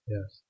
Yes